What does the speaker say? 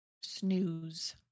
snooze